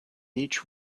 each